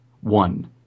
One